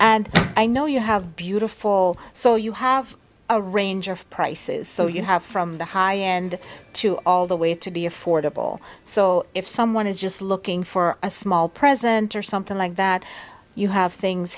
and i know you have beautiful so you have a range of prices so you have from the high end to all the way to be affordable so if someone is just looking for a small present or something like that you have things